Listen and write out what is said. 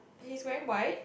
he's wearing white